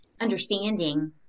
understanding